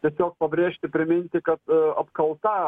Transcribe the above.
tiesiog pabrėžti priminti kad apkalta